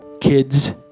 kids